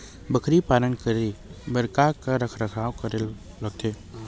बकरी पालन करे बर काका रख रखाव लगथे?